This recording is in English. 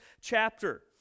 chapter